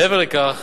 מעבר לכך,